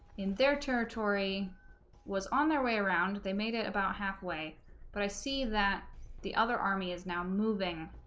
in their territory was on their way around they made it about half way but i see that the other army is now moving